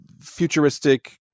futuristic